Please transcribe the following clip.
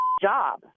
job